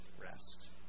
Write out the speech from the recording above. rest